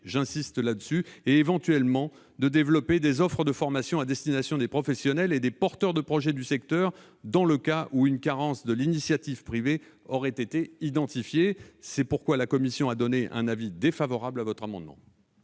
j'insiste sur ce point -et, éventuellement, de développer des offres de formation à destination des professionnels et des porteurs de projet du secteur, dans les cas où une carence de l'initiative privée aurait été identifiée. La commission est défavorable à cet amendement.